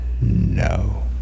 No